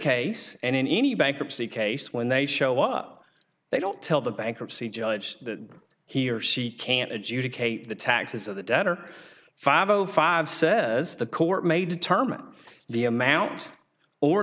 case and in any bankruptcy case when they show up they don't tell the bankruptcy judge that he or she can't adjudicate the taxes of the debtor five o five says the court may determine the amount or